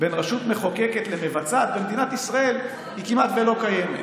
בין רשות מחוקקת למבצעת במדינת ישראל כמעט שלא קיימת.